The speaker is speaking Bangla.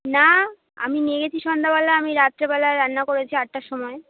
না আমি নিয়ে গেছি সন্ধ্যাবেলা আমি রাত্রিবেলায় রান্না করেছি আটটার সময়